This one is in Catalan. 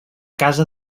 casa